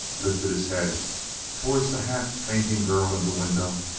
lifted his head towards the half fainting girl in the window,